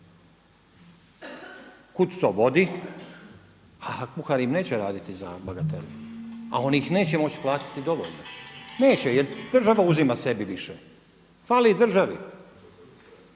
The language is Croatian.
Kud to vodi? A kuhari im neće raditi za bagatelu, a oni ih neće moći platiti dovoljno, neće jer država uzima sebi više. Fali državi.